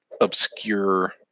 obscure